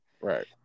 Right